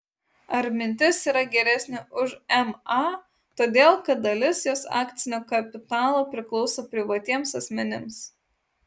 ar mintis yra geresnė už ma todėl kad dalis jos akcinio kapitalo priklauso privatiems asmenims